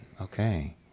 Okay